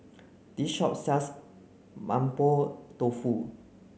this shop sells Mapo Tofu